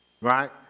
Right